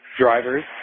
drivers